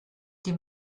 dem